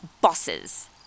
bosses